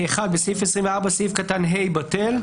בסעיף 24, סעיף קטן (ה) בטל;